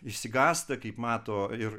išsigąsta kaip mato ir